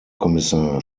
kommissar